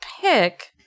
pick